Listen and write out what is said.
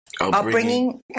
Upbringing